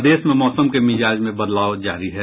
प्रदेश में मौसम के मिजाज में बदलाव जारी है